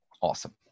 Awesome